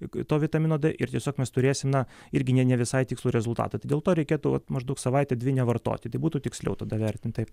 juk to vitamino d ir tiesiog mes turėsim na irgi ne ne visai tikslų rezultatą tai dėl to reikėtų maždaug savaitę dvi nevartoti tai būtų tiksliau tada vertint taip